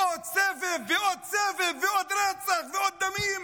עוד סבב ועוד סבב ועוד רצח ועוד דמים.